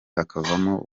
hakavamo